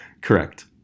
correct